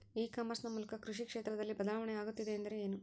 E commerce ನ ಮೂಲಕ ಕೃಷಿ ಕ್ಷೇತ್ರದಲ್ಲಿ ಬದಲಾವಣೆ ಆಗುತ್ತಿದೆ ಎಂದರೆ ಏನು?